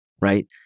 right